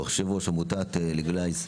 יושב ראש עמותת ליגלייז,